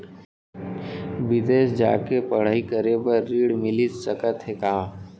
बिदेस जाके पढ़ई करे बर ऋण मिलिस सकत हे का?